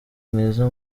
mwiza